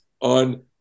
on